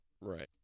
right